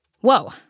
whoa